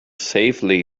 safely